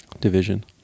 Division